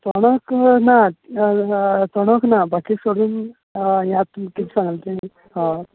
चोणाक ना चोणाक ना बाकी सगळी यें आसा तुमका सांगलां तें हय हय